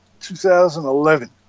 2011